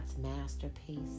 masterpiece